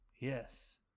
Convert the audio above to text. Yes